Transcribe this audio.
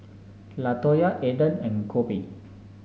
Latoya Aiden and Koby